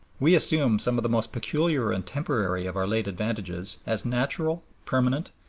we assume some of the most peculiar and temporary of our late advantages as natural, permanent,